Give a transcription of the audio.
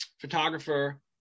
photographer